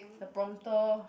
the prompter